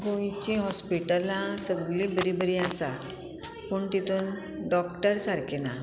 गोंयचीं हॉस्पिटलां सगलीं बरीं बरीं आसा पूण तितून डॉक्टर सारकें ना